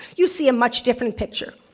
you see a much different picture.